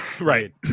right